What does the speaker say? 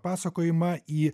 pasakojimą į